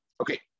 Okay